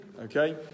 okay